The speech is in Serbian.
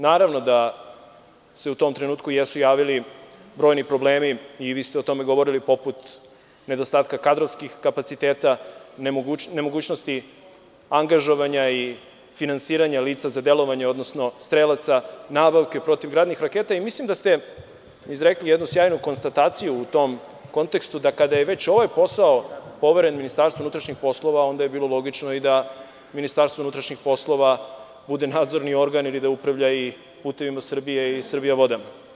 Naravno da se u tom trenutku jesu javili brojni problemi i vi ste o tome govorili poput nedostatka kadrovskih kapaciteta, nemogućnosti angažovanja i finansiranja lica za delovanje, odnosno strelaca, nabavke protivgradnih raketa i mislim da ste izrekli jednu sjajnu konstataciju u tom kontekstu, da kada je već ovaj posao poveren MUP, onda je bilo logično i da MUP bude nadzorni organ ili da upravlja i „Putevima Srbije“ i „Srbija vodama“